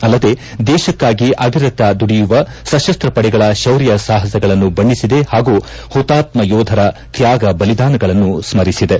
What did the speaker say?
ಅಲ್ಲದೆ ದೇಶಕ್ಕಾಗಿ ಅವಿರತ ದುಡಿಯುವ ಸಶಸ್ತ ಪಡೆಗಳ ಶೌರ್ಯ ಸಾಹಸಗಳನ್ನು ಬಣ್ಣಿಸಿದೆ ಹಾಗೂ ಹುತಾತ್ನ ಯೋಧರ ತ್ನಾಗ ಬಲಿದಾನಗಳನ್ನು ಸ್ಲರಿಸಿದೆ